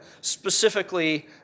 specifically